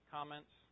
Comments